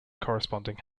corresponding